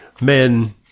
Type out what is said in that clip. men